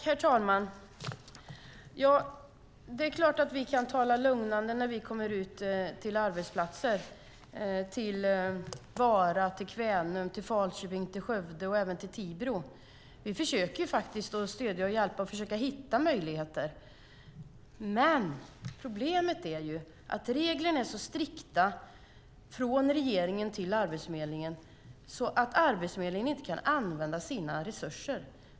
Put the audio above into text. Herr talman! Det är klart att vi kan tala lugnande när vi kommer ut till arbetsplatser i Vara, Kvänum, Falköping, Skövde och även i Tibro. Vi försöker faktiskt att stödja och hjälpa och försöka hitta möjligheter, men problemet är att reglerna från regeringen till Arbetsförmedlingen är så strikta att Arbetsförmedlingen inte kan använda sina resurser.